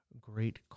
great